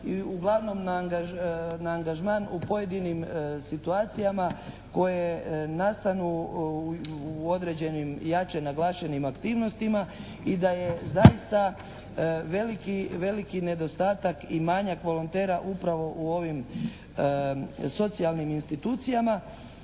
i uglavnom na angažman u pojedinim situacijama koje nastaju u određenim jače naglašenim aktivnostima i da je zaista veliki, veliki nedostatak i manjak volontera upravo u ovim socijalnim institucijama